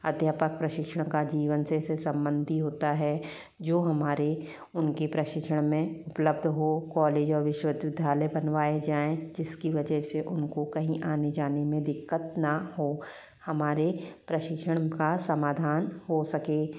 अध्यापक प्रशिक्षण का जीवन से से संबंधी होता है जो हमारे उनके प्रशिक्षण में उपलब्ध हो कॉलेज और विश्वविद्यालय बनवाए जाएं जिसकी वजह से उनको कहीं आने जाने में दिक्कत ना हो हमारे प्रशिक्षण का समाधान हो सके